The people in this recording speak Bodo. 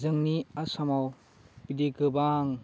जोंनि आसामाव बिदि गोबां